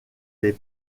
les